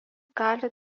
gali